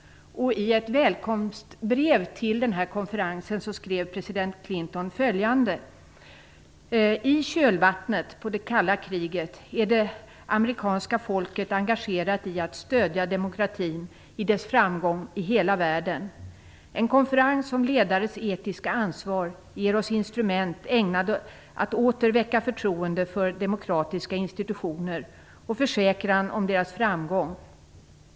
I ett välkomstbrev till konferensen skrev president Clinton följande: "I kölvattnet på det kalla kriget är det amerikanska folket engagerat i att stödja demokratin i dess framgång i hela världen. En konferens om ledares etiska ansvar ger oss instrument ägnade att åter väcka förtroende för demokratiska institutioner och försäkran om deras framgång.